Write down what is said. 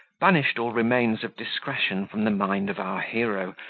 banished all remains of discretion from the mind of our hero,